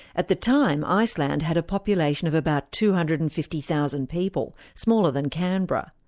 at the time, iceland had a population of about two hundred and fifty thousand people, smaller than canberra.